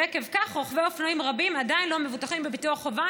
ועקב כך רוכבי אופנועים רבים עדיין לא מבוטחים בביטוח חובה.